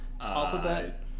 alphabet